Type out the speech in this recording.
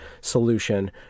solution